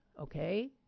Okay